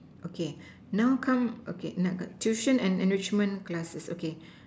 okay now come okay tuition and enrichment classes okay